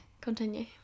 Continue